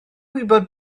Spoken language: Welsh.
gwybod